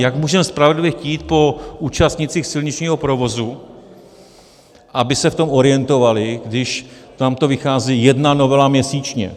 Jak můžeme spravedlivě chtít po účastnících silničního provozu, aby se v tom orientovali, když nám to vychází jedna novela měsíčně?